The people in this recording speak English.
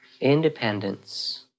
independence